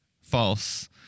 false